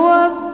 up